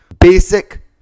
Basic